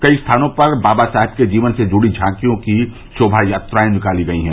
कई स्थानों पर बाबा साहेब के जीवन से जुड़ी झॉकियों की शोभायात्राएं निकाली गयी हैं